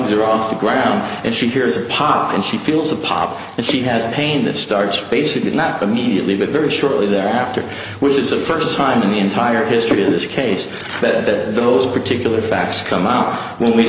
are off the ground and she hears a pot and she feels a pop and she has pain that starts face it did not immediately but very shortly thereafter which is the first time in the entire history of this case that those particular facts come out when we